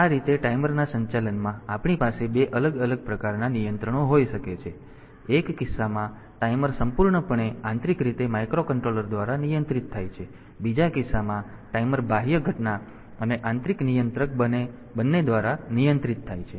તેથી આ રીતે ટાઈમરના સંચાલનમાં આપણી પાસે 2 અલગ અલગ પ્રકારના નિયંત્રણો હોઈ શકે છે એક કિસ્સામાં ટાઈમર સંપૂર્ણપણે આંતરિક રીતે માઇક્રોકન્ટ્રોલર દ્વારા નિયંત્રિત થાય છે અને બીજા કિસ્સામાં ટાઈમર બાહ્ય ઘટના અને આંતરિક નિયંત્રક બંને દ્વારા નિયંત્રિત થાય છે